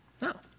No